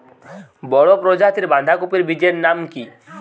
বড় প্রজাতীর বাঁধাকপির বীজের নাম কি?